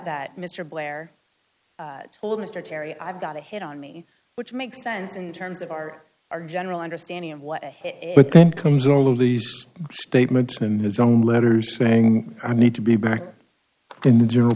that mr blair told mr terry i've got a hit on me which makes sense in terms of our our general understanding of what a hit but then comes all of these statements in his own letters saying i need to be back in the general